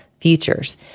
futures